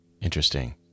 Interesting